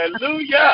Hallelujah